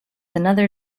another